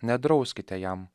nedrauskite jam